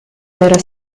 era